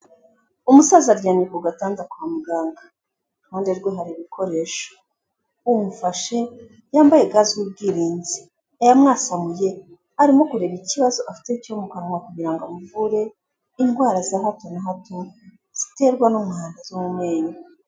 Umusaza aryamye ku gatanda kwa muganga iruhande rwe hari ibikoresho, umufashe yambaye ga z'ubwirinzi amwasamuye arimo kureba ikibazo afite cyo mu kanwa kugira ngo amuvure indwara za hato na hato ziterwa n'umuwandazi w'umennyo.